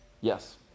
Yes